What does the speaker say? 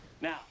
Now